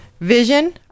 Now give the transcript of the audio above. Vision